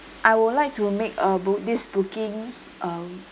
I would like to make uh book this booking um